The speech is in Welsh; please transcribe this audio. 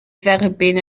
dderbyn